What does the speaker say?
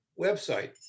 website